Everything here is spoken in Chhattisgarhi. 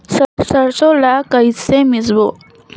सरसो ला कइसे मिसबो?